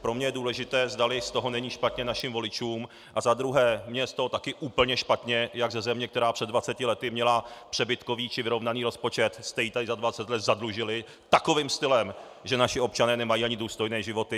Pro mě je důležité, zdali z toho není špatně našim voličům, a za druhé, mně je z toho taky úplně špatně, jak ze země, která před dvaceti lety měla přebytkový či vyrovnaný rozpočet, jste ji tady za dvacet let zadlužili takovým stylem, že naši občané nemají ani důstojné životy!